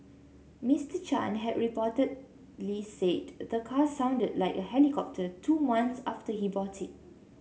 Mister Chan had reportedly said the car sounded like a helicopter two month after he bought it